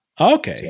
Okay